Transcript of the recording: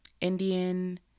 Indian